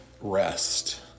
rest